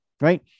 Right